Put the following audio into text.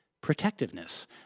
protectiveness